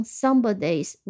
somebody's